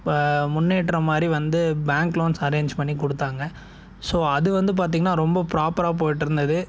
இப்போ முன்னேற்றம் மாதிரி வந்து பேங்க் லோன்ஸ் அரேஞ்ச் பண்ணி கொடுத்தாங்க ஸோ அது வந்து பார்த்திங்கன்னா ரொம்ப ப்ராப்பராக போய்ட்டு இருந்தது